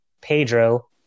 Pedro